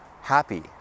happy